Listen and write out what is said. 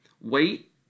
wait